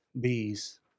Bees